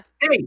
Hey